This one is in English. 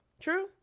True